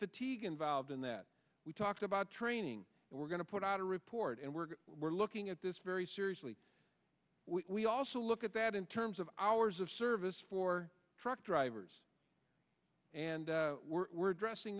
fatigue involved in that we talked about training we're going to put out a report and we're we're looking at this very seriously we also look at that in terms of hours of service for truck drivers and we're addressing